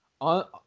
on